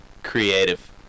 Creative